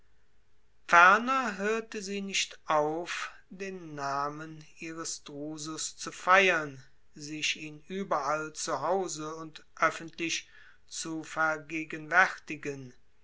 ferner hörte sie nicht auf den namen ihres drusus zu feiern sich ihn überall zu hause und öffentlich zu vergegenwärtigen